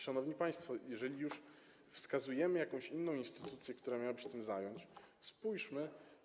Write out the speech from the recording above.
Szanowni państwo, jeżeli już wskazujemy jakąś inną instytucję, która miałaby się tym zająć, spójrzmy.